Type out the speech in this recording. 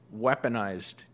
weaponized